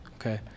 Okay